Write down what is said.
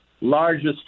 largest